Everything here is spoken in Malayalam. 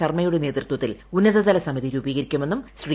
ശർമ്മയുടെ നേതൃത്വത്തിൽ ഉന്നത തല സമിതി രൂപീകരിക്കുമെന്നും ശ്രീ